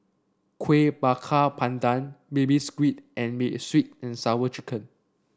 Kuih Bakar Pandan Baby Squid and sweet and Sour Chicken